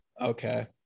okay